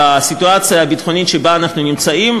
בסיטואציה הביטחונית שבה אנחנו נמצאים,